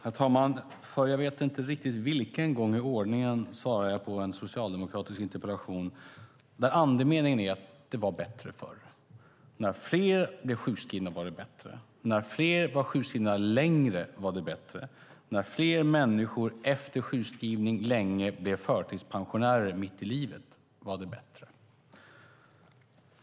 Herr talman! För jag vet inte vilken gång i ordningen svarar jag på en socialdemokratisk interpellation där andemeningen är att det var bättre förr. När fler blev sjukskrivna var det bättre. När fler var sjukskrivna längre var det bättre. När fler människor efter sjukskrivning länge blev förtidspensionärer mitt i livet var det bättre.